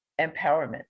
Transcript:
empowerment